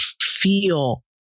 feel